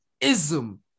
Ism